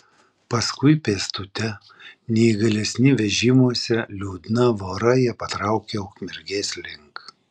paskui pėstute neįgalesni vežimuose liūdna vora jie patraukė ukmergės link